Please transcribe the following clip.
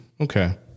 Okay